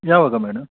ಯಾವಾಗ ಮೇಡಮ್